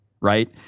right